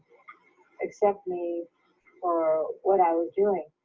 accept me for what i was doing.